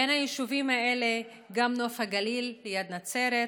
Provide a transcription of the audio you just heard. בין היישובים האלה גם נוף הגליל ליד נצרת,